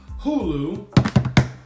Hulu